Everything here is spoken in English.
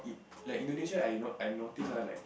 like Indonesia I know I notice ah like